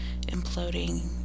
imploding